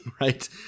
right